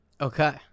Okay